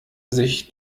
sich